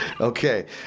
Okay